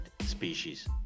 species